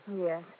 Yes